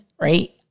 right